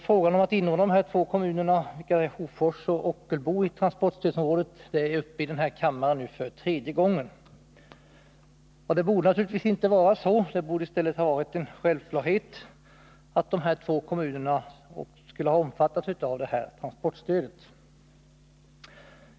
Frågan om inordnandet av dessa två kommuner, Hofors och Ockelbo, i transportstödsområdet är uppe i denna kammare för tredje gången. Det borde naturligtvis inte vara så. Det borde i stället ha varit en självklarhet att dessa två kommuner skulle ha omfattats av transportstödet.